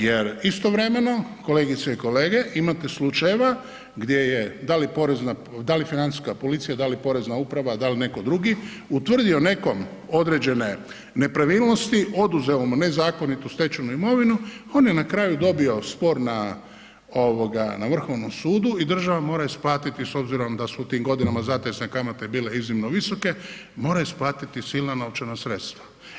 Jer istovremeno, kolegice i kolege imate slučajeva gdje je da li Porezna, da li Financijska policija, da li Porezna uprava, da li netko drugi utvrdio nekom određene nepravilnosti, oduzeo mu nezakonito stečenu imovinu, on je na kraju dobio spor na ovoga na Vrhovnom sudu i država mora isplatiti s obzirom da su u tim godinama zatezne kamate bile iznimno visoke, mora isplatiti silna novčana sredstava.